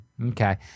Okay